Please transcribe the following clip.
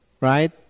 right